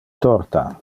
torta